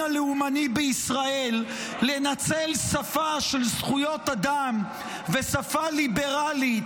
הלאומני בישראל לנצל שפה של זכויות אדם ושפה ליברלית